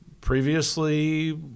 previously